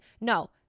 no